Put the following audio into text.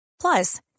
Plus